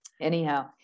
Anyhow